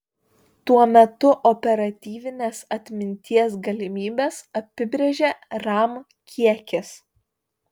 tuo metu operatyvinės atminties galimybes apibrėžia ram kiekis